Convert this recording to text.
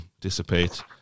dissipate